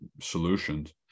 solutions